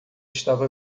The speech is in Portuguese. estava